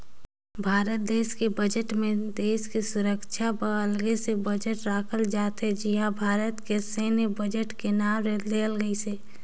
भारत देस के बजट मे देस के सुरक्छा बर अगले से बजट राखल जाथे जिहां ले भारत के सैन्य बजट के नांव देहल गइसे